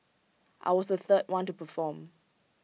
I was the third one to perform